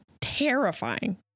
terrifying